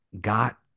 got